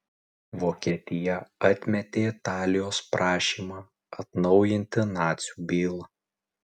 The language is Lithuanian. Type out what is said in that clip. vokietija atmetė italijos prašymą atnaujinti nacių bylą